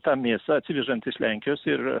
tą mėsą atsivežant iš lenkijos ir